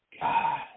God